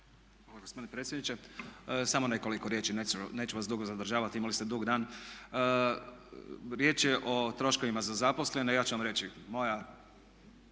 Hvala gospodine predsjedniče. Samo nekoliko riječi, neću vas dugo zadržavati, imali ste dug dan. Riječ je o troškovima za zaposlene. Ja ću vam reći, moja